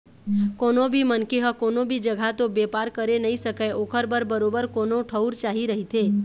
कोनो भी मनखे ह कोनो भी जघा तो बेपार करे नइ सकय ओखर बर बरोबर कोनो ठउर चाही रहिथे